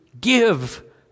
give